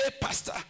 pastor